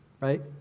right